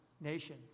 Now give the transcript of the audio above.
nation